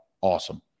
Awesome